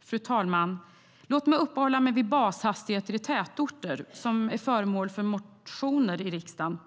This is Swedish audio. Fru talman! Låt mig uppehålla mig vid bashastigheter i tätorter. Det är en fråga om är föremål för motioner i riksdagen.